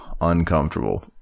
uncomfortable